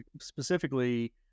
specifically